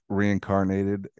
reincarnated